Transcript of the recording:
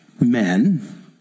men